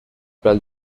pel